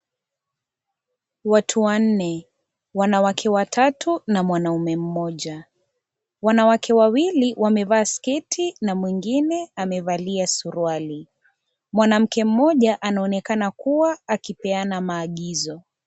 Watu wanne, wanawake watatu na mwanaume mmoja. Wanawake wawili wamevaa sketi na mwingine amevaa suruali. Mwanamke mmoja anaonekana kuwa, akipeana maagizo.